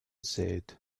sät